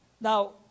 Now